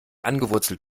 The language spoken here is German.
angewurzelt